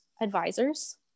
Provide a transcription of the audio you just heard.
advisors